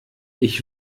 ich